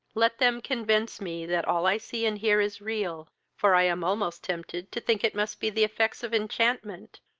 let them convince me that all i see and hear is real for i am almost tempted to think it must be the effects of enchantment,